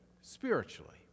spiritually